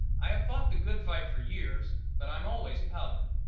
i have fought the good fight for years, but i'm always powdered.